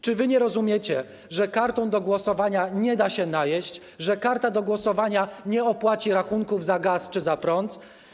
Czy wy nie rozumiecie, że kartą do głosowania nie da się najeść, że karta do głosowania nie opłaci rachunków za gaz czy prąd?